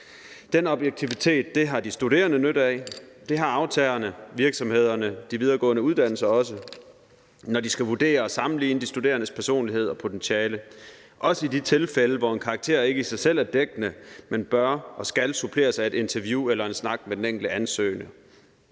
Den objektivitet har de studerende nytte af; det har aftagerne – virksomhederne, de videregående uddannelser – også, når de skal vurdere og sammenligne de studerendes personlighed og potentiale, også i de tilfælde, hvor en karakter ikke i sig selv er dækkende, men bør og skal suppleres af et interview eller en snak med den enkelte ansøger.